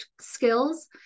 skills